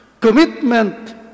commitment